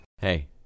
Hey